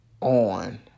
on